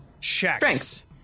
checks